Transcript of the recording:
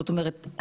זאת אומרת,